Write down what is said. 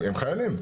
הם חיילים.